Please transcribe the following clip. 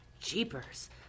Jeepers